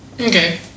Okay